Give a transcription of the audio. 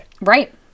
Right